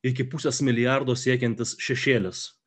iki pusės milijardo siekiantis šešėlis